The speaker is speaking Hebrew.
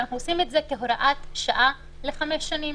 ואנחנו עושים את זה כהוראת שעה לחמש שנים.